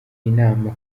inama